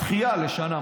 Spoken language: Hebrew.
דחייה לשנה.